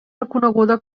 reconeguda